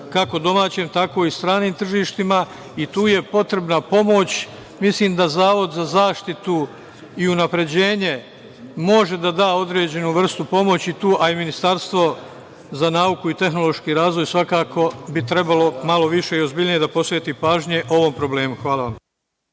kako domaćem, tako i stranim tržištima. Tu je potrebna pomoć. Mislim da Zavod za zaštitu i unapređenje može da da određenu vestu pomoći tu, a i Ministarstvo za nauku i tehnološki razvoj, svakako bi trebalo malo više i ozbiljnije da posveti pažnju ovom problemu. Hvala vam.